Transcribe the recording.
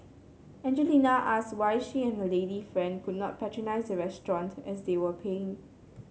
Angelina asked why she and her lady friend could not patronise the restaurant as they were paying